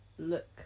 look